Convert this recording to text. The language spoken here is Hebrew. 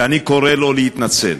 ואני קורא לו להתנצל,